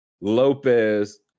Lopez